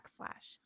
backslash